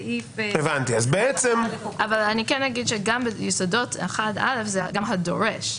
אני כן אגיד שגם ביסודות 1 (א) זה גם הדורש.